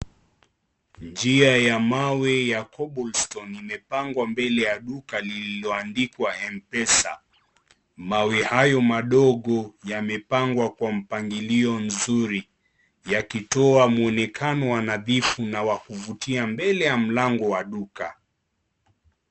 Njia ya mawe ya cobble stone imepangwa mbele ya duka lililoandikwa Mpesa. Mawe hayo madogo yamepangwa kwa mpangilio nzuri yakitoa mwonekano wa nadhifu na wa kuvutia mbele ya mlango wa duka.